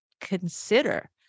consider